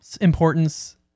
importance